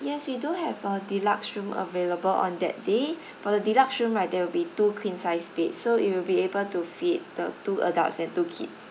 yes we do have a deluxe room available on that day for the deluxe room right there will be two queen size bed so it will be able to fit the two adults and two kids